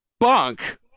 bunk